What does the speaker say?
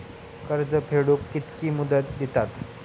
कर्ज फेडूक कित्की मुदत दितात?